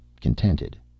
contented